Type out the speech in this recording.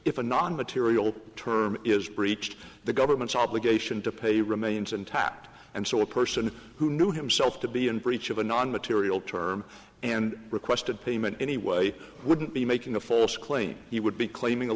if a non material term is breached the government's obligation to pay remains intact and so a person who knew himself to be in breach of a non material term and requested payment anyway wouldn't be making a false claim he would be claiming a